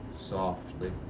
softly